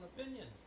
opinions